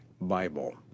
bible